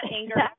anger